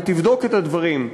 ותבדוק את הדברים,